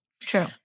True